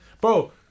Bro